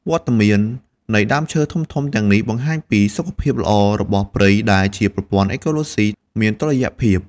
វត្តមាននៃដើមឈើធំៗទាំងនេះបង្ហាញពីសុខភាពល្អរបស់ព្រៃ ដែលជាប្រព័ន្ធអេកូឡូស៊ីមានតុល្យភាព។